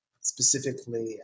specifically